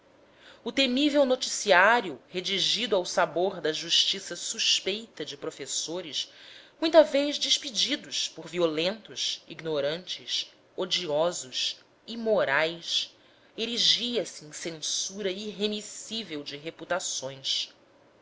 o temível noticiário redigido ao saber da justiça suspeita de professores muita vez despedidos por violentos ignorantes odiosos imorais erigia se em censura irremissível de reputações